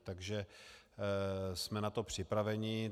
Takže jsme na to připraveni.